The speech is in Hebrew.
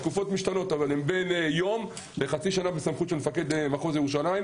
התקופות משתנות אבל הן בין יום לחצי שנה בסמכות של מפקד מחוז ירושלים.